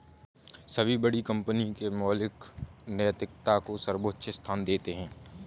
सभी बड़ी कंपनी के मालिक नैतिकता को सर्वोच्च स्थान देते हैं